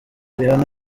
rihanna